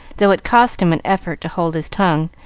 though it cost him an effort to hold his tongue,